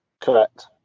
Correct